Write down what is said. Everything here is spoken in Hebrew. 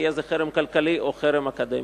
יהיה זה חרם כלכלי או חרם אקדמי.